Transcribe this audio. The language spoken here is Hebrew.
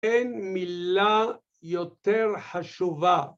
‫אין מילה יותר חשובה.